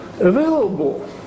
available